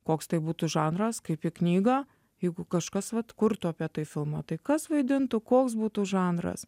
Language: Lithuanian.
koks tai būtų žanras kaip į knygą jeigu kažkas vat kurtų apie tai filmą tai kas vaidintų koks būtų žanras